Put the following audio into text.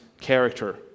character